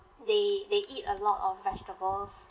they they eat a lot of vegetables